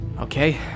Okay